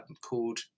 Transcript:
called